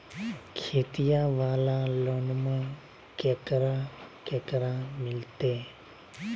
खेतिया वाला लोनमा केकरा केकरा मिलते?